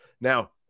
now